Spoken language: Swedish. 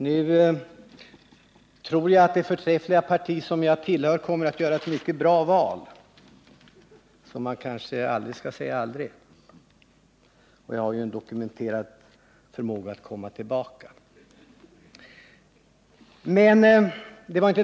Nu tror jag att det förträffliga parti som jag tillhör kommer att göra ett mycket bra val, så man kanske aldrig skall säga aldrig. Jag har ju en dokumenterad förmåga att komma tillbaka.